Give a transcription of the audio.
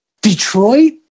Detroit